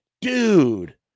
dude